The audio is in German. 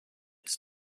ist